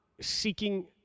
seeking